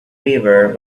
quivered